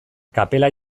kapela